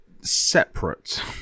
separate